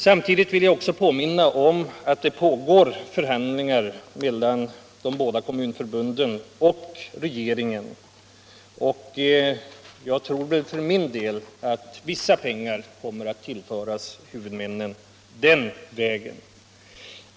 Samtidigt vill jag påminna om att det pågår förhandlingar mellan de båda kommunförbunden och regeringen. Jag tror att vissa pengar kommer att tillföras huvudmännen den vägen.